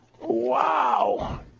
Wow